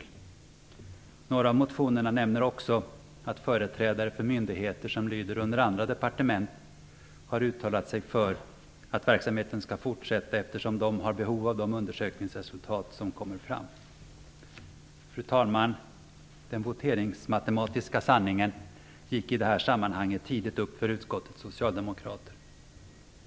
I några av motionerna nämns också att företrädare för myndigheter som lyder under andra departement har uttalat sig för att verksamheten skall fortsätta, eftersom de har behov av de undersökningsresultat som kommit fram. Fru talman! Den voteringsmatematiska sanningen gick i det här sammanhanget tidigt upp för utskottets socialdemokrater.